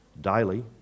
daily